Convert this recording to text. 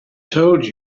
told